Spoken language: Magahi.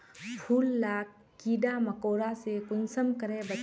फूल लाक कीड़ा मकोड़ा से कुंसम करे बचाम?